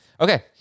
okay